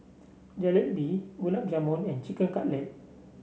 Jalebi Gulab Jamun and Chicken Cutlet